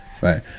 right